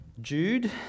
Jude